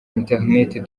internet